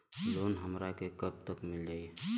Loan हमरा के कब तक मिल जाई?